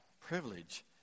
privilege